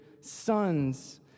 sons